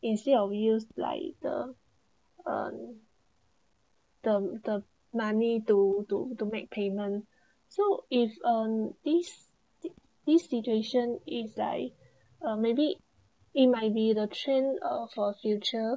instead of use like the uh the the money to to to make payment so if um this th~ this situation is like uh maybe it might be the trend uh for future